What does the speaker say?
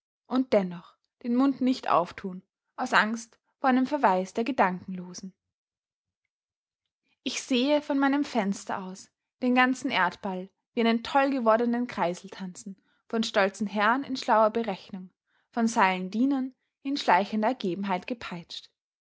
und dennoch den mund nicht auftun aus angst vor einem verweis der gedankenlosen ich sehe von meinem fenster aus den ganzen erdball wie einen tollgewordenen kreisel tanzen von stolzen herren in schlauer berechnung von seilen dienern in schleichender ergebenheit gepeitscht